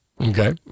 Okay